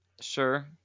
Sure